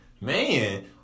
Man